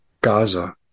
Gaza